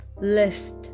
list